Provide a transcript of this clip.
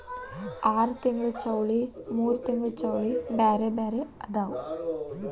ಆರತಿಂಗ್ಳ ಚೌಳಿ ಮೂರತಿಂಗ್ಳ ಚೌಳಿ ಬ್ಯಾರೆ ಬ್ಯಾರೆ ಅದಾವ